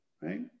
right